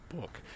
book